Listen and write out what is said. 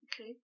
Okay